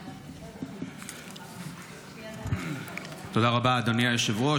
תודה רבה, אדוני היושב-ראש.